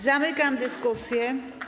Zamykam dyskusję.